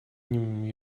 ним